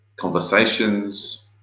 Conversations